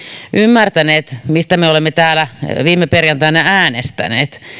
ymmärtäneet mistä me olemme täällä viime perjantaina äänestäneet